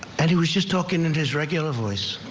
and he was just talking and his regular voice.